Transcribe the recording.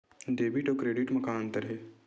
Debit अउ credit म का अंतर हे?